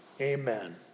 Amen